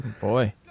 Boy